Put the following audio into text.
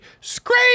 scream